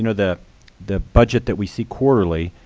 know that the budget that we see quarterly,